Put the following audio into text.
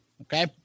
Okay